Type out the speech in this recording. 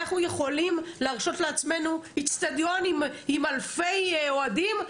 אם אנחנו יכולים להרשות לעצמנו אצטדיון עם אלפי אוהדים,